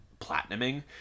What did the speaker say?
platinuming